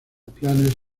planes